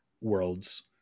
worlds